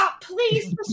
please